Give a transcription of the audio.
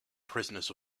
prisoners